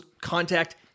contact